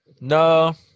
no